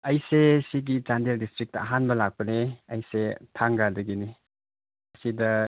ꯑꯩꯁꯦ ꯁꯤꯒꯤ ꯆꯥꯟꯗꯦꯜ ꯗꯤꯁꯇ꯭ꯔꯤꯛꯇ ꯑꯍꯥꯟꯕ ꯂꯥꯛꯄꯅꯦ ꯑꯩꯁꯦ ꯊꯥꯡꯒꯗꯒꯤꯅꯤ ꯑꯁꯤꯗ